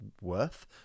worth